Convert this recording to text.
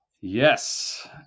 Yes